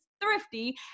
thrifty